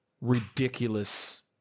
ridiculous